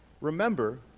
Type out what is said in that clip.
Remember